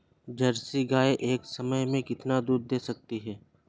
Jersey गाय एक समय में कितना दूध दे सकती है?